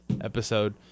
episode